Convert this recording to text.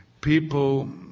people